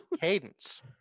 cadence